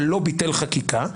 אבל לא ביטל חקיקה.